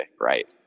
right